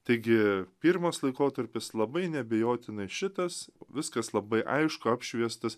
taigi pirmas laikotarpis labai neabejotinai šitas viskas labai aišku apšviestas